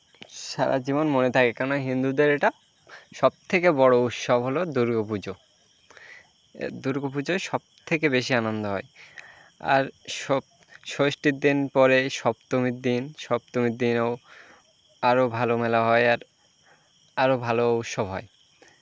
সারা জীবন মনে থাকে কেন হিন্দুদের এটা সব থেকে বড়ো উৎসব হলো দুর্গা পুজো দুর্গা পুজোয় সব থেকে বেশি আনন্দ হয় আর সপ ষষ্ঠীর দিন পরে সপ্তমীর দিন সপ্তমীর দিনও আরো ভালো মেলা হয় আর আরও ভালো সব হয়